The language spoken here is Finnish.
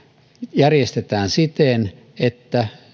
järjestetään siten että